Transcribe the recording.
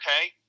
okay